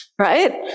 right